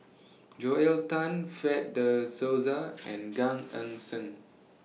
Joel Tan Fred De Souza and Gan Eng Seng